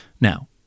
Now